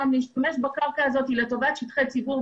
להשתמש בקרקע הזאת לטובת שטחי ציבור,